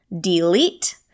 Delete